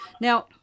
Now